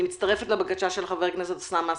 אני מצטרפת לבקשה של חבר הכנסת אוסאמה סעדי,